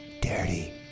dirty